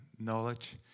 knowledge